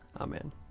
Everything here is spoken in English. Amen